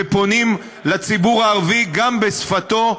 ופונים לציבור הערבי גם בשפתו,